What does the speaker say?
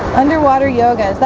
underwater yoga,